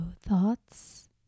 thoughts